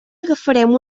agafarem